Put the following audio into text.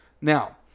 Now